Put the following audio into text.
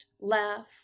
laugh